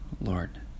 Lord